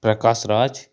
Prakash Raj